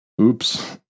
Oops